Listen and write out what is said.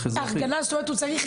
זה לא קשור.